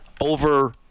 over